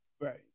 Right